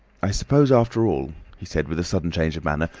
i suppose, after all, he said with a sudden change of manner,